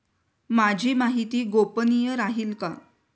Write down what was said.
माझी माहिती गोपनीय राहील का?